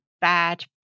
bad